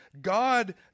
God